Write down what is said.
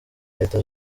leta